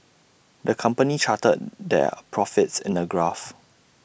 the company charted their profits in A graph